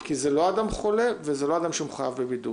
כי זה לא אדם חולה וזה לא אדם שמחויב בבידוד.